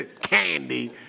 candy